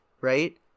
right